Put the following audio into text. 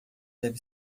deve